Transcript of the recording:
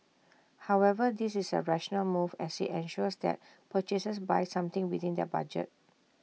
however this is A rational move as IT ensures that purchasers buy something within their budget